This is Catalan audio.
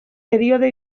període